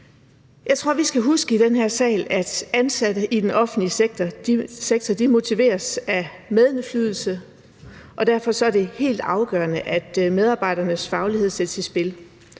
Jeg tror, vi skal huske i den her sal, at ansatte i den offentlige sektor motiveres af medindflydelse, og derfor er det helt afgørende, at medarbejdernes faglighed sættes i spil.